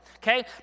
Okay